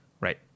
right